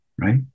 right